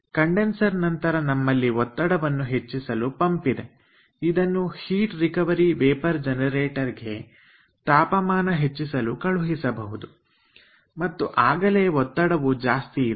condenser ನಂತರ ನಮ್ಮಲ್ಲಿ ಒತ್ತಡವನ್ನು ಹೆಚ್ಚಿಸಲು ಪಂಪ್ ಇದೆ ಇದನ್ನು ಹೀಟ್ ರಿಕವರಿ ವೇಪರ್ ಜನರೇಟರ್ ಗೆ ತಾಪಮಾನ ಹೆಚ್ಚಿಸಲು ಕಳುಹಿಸಬಹುದು ಮತ್ತು ಆಗಲೇ ಒತ್ತಡವು ಜಾಸ್ತಿ ಇದೆ